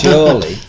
Surely